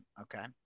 okay